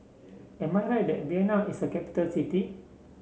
am I right that Vienna is a capital city